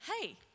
Hey